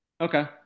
okay